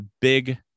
big